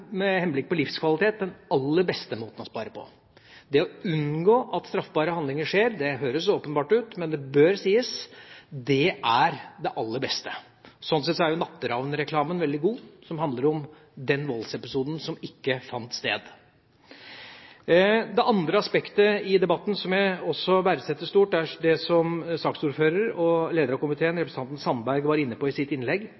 med henblikk på livskvalitet den aller beste måten å spare på. Det å unngå at straffbare handlinger skjer – det høres åpenbart ut, men det bør sies – er det aller beste. Slik sett er Natteravn-reklamen, som handler om den voldsepisoden som ikke fant sted, veldig god. Det andre aspektet i debatten som jeg også verdsetter stort, er det som saksordføreren og lederen av komiteen,